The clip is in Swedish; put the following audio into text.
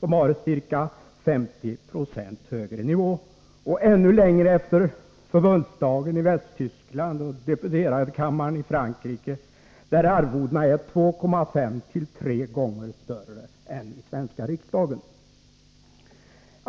vars ledamöter har en ca 50 90 högre lönenivå, och ännu längre efter förbundsdagen i Västtyskland och deputeradekammaren i Frankrike, där arvodena är 2,5-3 gånger större än i svenska riksdagen.